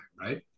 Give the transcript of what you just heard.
right